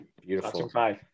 Beautiful